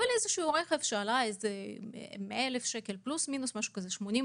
אבל רכב שעלה 80,000-100,000 פלוס מינוס.